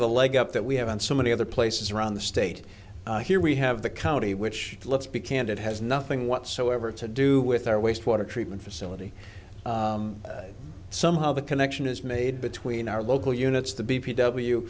of a leg up that we have and so many other places around the state here we have the county which let's be candid has nothing whatsoever to do with our wastewater treatment facility somehow the connection is made between our local units the b